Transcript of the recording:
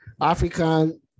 African